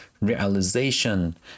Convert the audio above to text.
realization